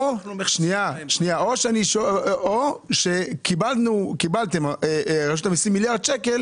או שרשות המסים אמנם קיבלה מיליארד שקל